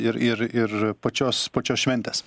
ir ir ir pačios pačios šventės